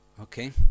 Okay